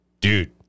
dude